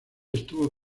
estuvo